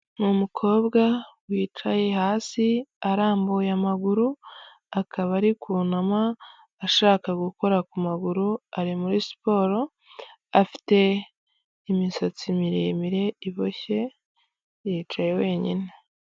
N'umukobwa wicaye hasi arambuye amaguru akaba ari kunama ashaka gukora ku maguru ari muri siporo afite imisatsi miremire iboshye yicaye wenyine.